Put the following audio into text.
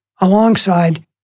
alongside